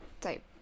type